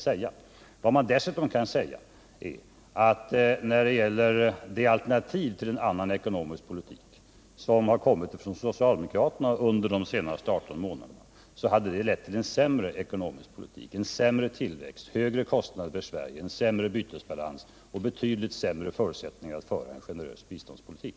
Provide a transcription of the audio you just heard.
Men vad man dessutom kan säga är att de alternativ till en annan ekonomisk politik, som har kommit från socialdemokraterna under de senaste 18 månaderna, hade lett till en sämre tillväxt, högre kostnader för Sverige, en sämre bytesbalans och betydligt sämre förutsättningar att föra en generös biståndspolitik.